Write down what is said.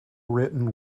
written